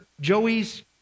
Joey's